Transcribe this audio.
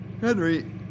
Henry